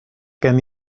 gen